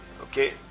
Okay